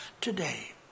today